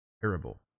terrible